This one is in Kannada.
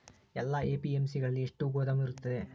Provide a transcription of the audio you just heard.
ಎಲ್ಲಾ ಎ.ಪಿ.ಎಮ್.ಸಿ ಗಳಲ್ಲಿ ಎಷ್ಟು ಗೋದಾಮು ಇರುತ್ತವೆ?